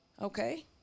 okay